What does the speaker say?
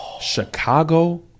Chicago